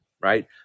right